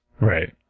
Right